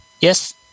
yes